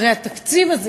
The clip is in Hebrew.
הרי התקציב הזה